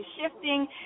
shifting